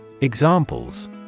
Examples